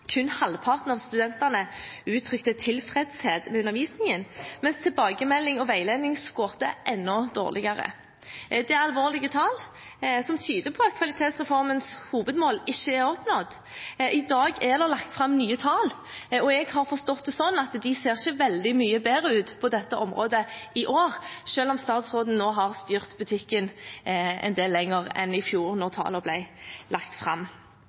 kun halvparten av studentene uttrykte tilfredshet med undervisningen, mens tilbakemelding og veiledning skåret enda dårligere. Det er alvorlige tall som tyder på at Kvalitetsreformens hovedmål ikke er oppnådd. I dag er det lagt fram nye tall, og jeg har forstått det sånn at de ser ikke veldig mye bedre ut på dette området i år, selv om statsråden nå har styrt butikken en del lenger enn i fjor da tallene ble lagt fram.